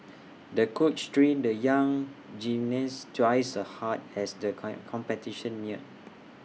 the coach trained the young gymnast twice A hard as the come competition neared